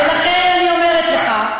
ולכן אני אומרת לך,